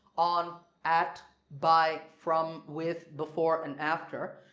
on, at, by, from, with, before and after.